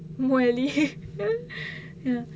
muesli